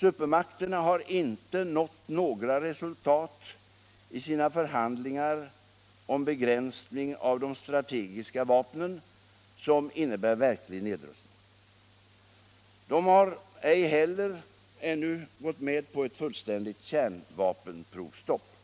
Supermakterna har inte nått några resultat i sina förhandlingar om begränsning av de strategiska vapnen som innebär verklig nedrustning. De har ej heller ännu gått med på ett fullständigt kärnvapenprovstopp.